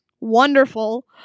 wonderful